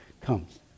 comes